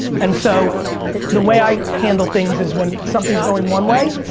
and so the way i handle things is when something's going one way,